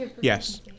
yes